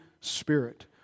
Spirit